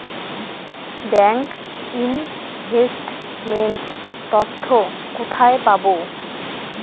Bank investment তথ্য কোথায় পাব?